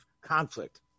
conflict